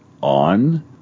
on